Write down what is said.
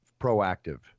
proactive